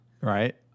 Right